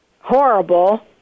horrible